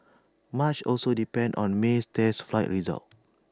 much also depends on May's test flight results